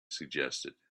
suggested